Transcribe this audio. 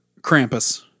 Krampus